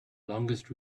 longest